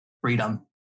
freedom